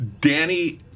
Danny